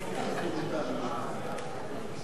(תיקון),